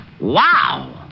Wow